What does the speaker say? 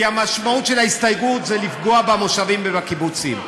כי המשמעות של ההסתייגות זה לפגוע במושבים ובקיבוצים.